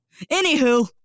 Anywho